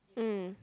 mm